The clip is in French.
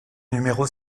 numéro